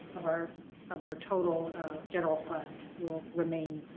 of our of our total general fund will remain